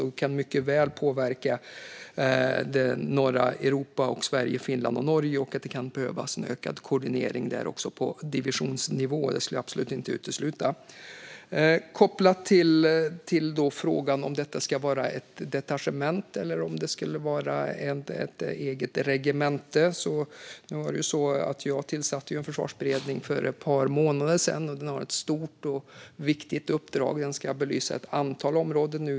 Detta kan mycket väl påverka norra Europa och Sverige, Finland och Norge, och det kan behövas en ökad koordinering också på divisionsnivå. Det skulle jag absolut inte utesluta. Kopplat till frågan om detta ska vara ett detachement eller om det ska vara ett eget regemente tillsatte jag en försvarsberedning för ett par månader sedan. Den har ett stort och viktigt uppdrag. Den ska belysa ett antal områden.